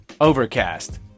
Overcast